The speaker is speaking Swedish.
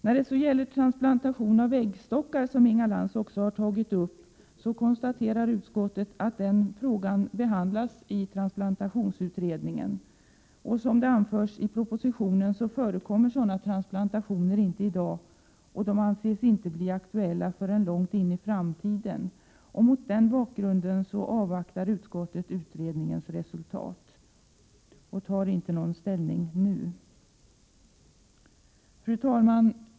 När det så gäller transplantation av äggstockar, en fråga som Inga Lantz också tog upp, konstaterar utskottet att frågan behandlas av transplantationsutredningen. Som anförs i propositionen förekommer sådana transplan tationer inte i dag. De anses inte bli aktuella förrän långt in i framtiden. Mot den bakgrunden avvaktar utskottet utredningens resultat och tar inte någon ställning nu. Fru talman!